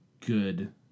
good